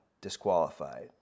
disqualified